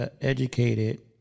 educated